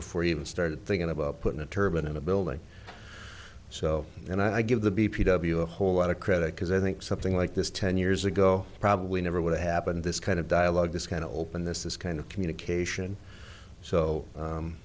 before he even started thinking about putting a turban in a building so and i give the b p w a whole lot of credit because i think something like this ten years ago probably never would have happened this kind of dialogue this kind of open this this kind of communication so